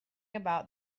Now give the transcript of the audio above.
about